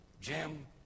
Jim